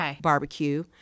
barbecue